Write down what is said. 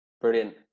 Brilliant